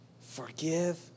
forgive